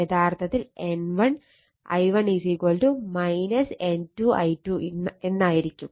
യഥാർത്ഥത്തിൽ ഇത് N1 I1 N2 I2 എന്നായിരിക്കും